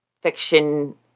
fiction